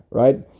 right